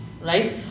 right